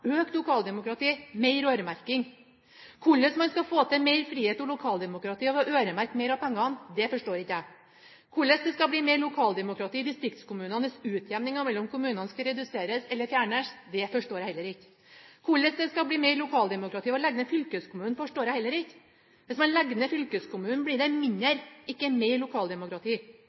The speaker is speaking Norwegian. økt lokaldemokrati og mer øremerking. Hvordan man skal få til mer frihet og lokaldemokrati ved å øremerke mer av pengene, forstår ikke jeg. Hvordan det skal bli mer lokaldemokrati i distriktskommunene hvis utjevningen mellom kommunene skal reduseres eller fjernes, forstår jeg heller ikke. Hvordan det skal bli mer lokaldemokrati ved å legge ned fylkeskommunen, forstår jeg heller ikke. Hvis man legger ned fylkeskommunen, blir det mindre, ikke mer, lokaldemokrati.